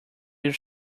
your